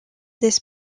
this